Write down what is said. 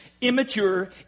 immature